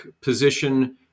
position